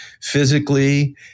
physically